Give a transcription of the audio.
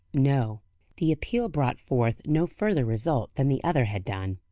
no the appeal brought forth no further result than the other had done.